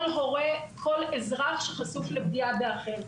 וכל הורה, כל אזרח, שחשוף לפגיעה באחר.